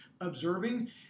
observing